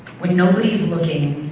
when nobody's looking,